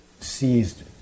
seized